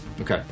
Okay